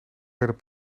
werden